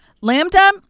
Lambda